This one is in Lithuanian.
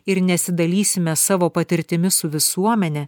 ir nesidalysime savo patirtimi su visuomene